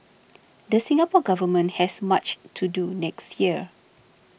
the Singapore Government has much to do next year